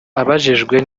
abajijwe